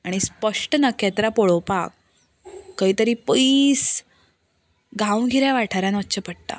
आनी स्पश्ट नखेत्रां पळोवपाक खंय तरी पयस गांवगिऱ्यां वाठारांत वच्चें पडटा